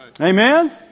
Amen